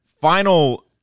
Final